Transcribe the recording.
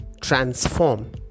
transform